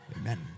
Amen